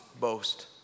Boast